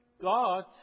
God